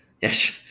Yes